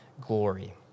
glory